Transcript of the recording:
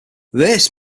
this